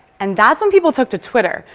and that's when people took to twitter.